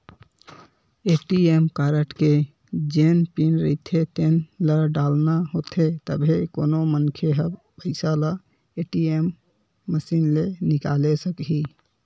ATM card के जेन pin रहिथे तेन ल डालना होथे तभे कोनो मनखे ह पइसा ल ए.टी.एम मसीन ले निकाले सकही